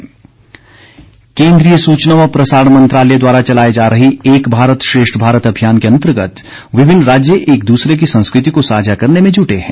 एक भारत श्रेष्ठ भारत केन्द्रीय सूचना व प्रसारण मंत्रालय द्वारा चलाए जा रहे एक भारत श्रेष्ठ भारत अभियान के अन्तर्गत विभिन्न राज्य एक दूसरे की संस्कृति को साझा करने में जुटे हैं